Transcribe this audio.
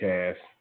Cast